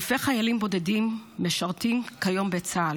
אלפי חיילים בודדים משרתים כיום בצה"ל,